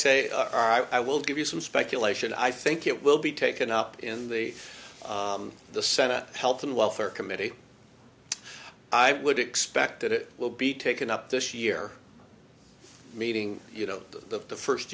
say i will give you some speculation i think it will be taken up in the senate health and welfare committee i would expect that it will be taken up this year meeting you know the first